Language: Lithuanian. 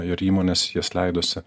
ir įmonės jas leidosi